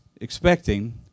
expecting